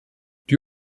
die